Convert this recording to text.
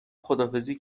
خداحافظی